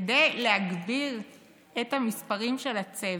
כדי להגדיל את המספרים של הצוות,